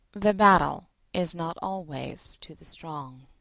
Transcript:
the battle is not always to the strong.